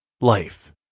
Life